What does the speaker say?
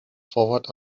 forward